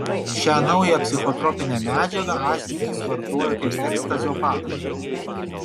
šią naują psichotropinę medžiagą asmenys vartoja kaip ekstazio pakaitalą